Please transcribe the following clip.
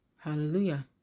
Hallelujah